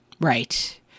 Right